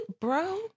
bro